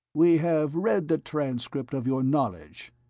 we have read the transcript of your knowledge,